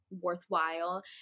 worthwhile